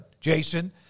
Jason